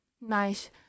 nice